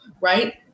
right